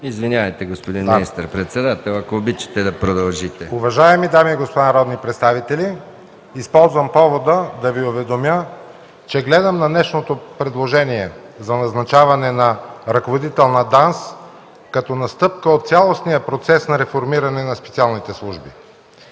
Извинявайте, господин министър-председател! Ако обичате, да продължите. МИНИСТЪР-ПРЕДСЕДАТЕЛ ПЛАМЕН ОРЕШАРСКИ: Уважаеми дами и господа народни представители, използвам повода да Ви уведомя, че гледам на днешното предложение за назначаване на ръководител на ДАНС като на стъпка от цялостния процес на реформиране на специалните служби.